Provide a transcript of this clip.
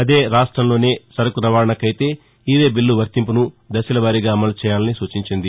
అదే రాష్టంలోనే సరకు రవాణాకైతే ఇ వేబిల్లు వర్తింపును దశలవారీగా అమలు చేయాలని సూచించింది